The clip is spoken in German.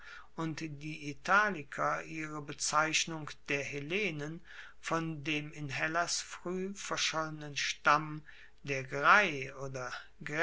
und die italiker ihre bezeichnung der hellenen von dem in hellas frueh verschollenen stamm der grai oder